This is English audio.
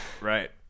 Right